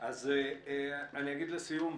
אגיד לסיום,